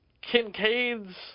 Kincaid's